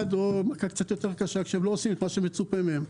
או מכה קצת יותר קשה כשהם לא עושים מה שמצופה מהם.